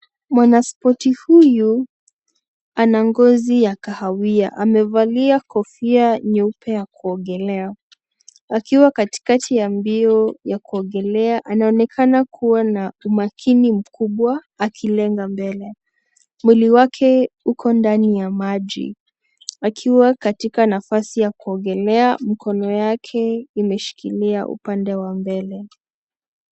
Mwanaspoti huyu ana ngozi ya kahawia amevalia kofia nyeupe ya kuogelea akiwa katikati ya mbio ya kuogelea anaonekana kuwa na umakini mkubwa akilenga mbele. Mwili wake uko ndani ya maji akiwa katika nafasi ya kuogelea. Mkono wake imeshikilia upande wa mbele.